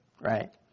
right